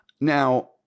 Now